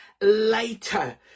later